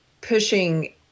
pushing